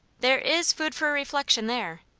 there is food for reflection there.